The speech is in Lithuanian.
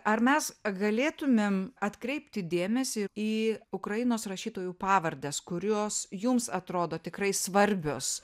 ar mes galėtumėm atkreipti dėmesį į ukrainos rašytojų pavardes kurios jums atrodo tikrai svarbios